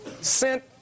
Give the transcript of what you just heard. sent